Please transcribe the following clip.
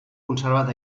conservat